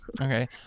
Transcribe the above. okay